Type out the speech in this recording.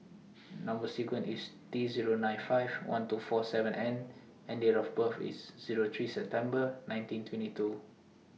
Number sequence IS T Zero nine five one two four seven N and Date of birth IS Zero three September nineteen twenty two